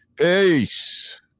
Ace